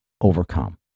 overcome